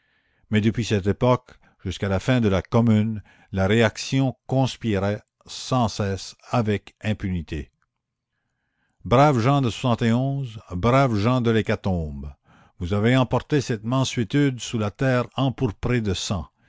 mais depuis cette époque jusqu'à la fin de la commune la réaction conspira sans cesse avec impunité braves gens de lhécatombe ous avez emporté cette mansuétude sous la terre empourprée de sang